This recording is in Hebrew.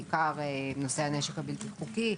בעיקר עם נושא הנשק הבלתי-חוקי.